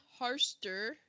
Harster